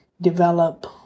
develop